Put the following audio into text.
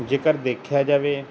ਜੇਕਰ ਦੇਖਿਆ ਜਾਵੇ